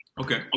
Okay